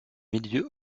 milieu